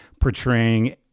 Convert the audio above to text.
portraying